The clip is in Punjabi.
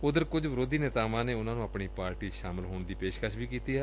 ਉਧਰ ਕੁਝ ਵਿਰੋਧੀ ਨੇਤਾਵਾਂ ਨੇ ਉਨਾਂ ਨੂੰ ਆਪਣੀ ਪਾਰਟੀ ਚ ਸ਼ਾਮਲ ਹੋਣ ਦੀ ਪੇਸ਼ਕਸ਼ ਵੀ ਕੀਤੀ ਏ